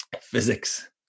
Physics